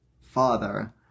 father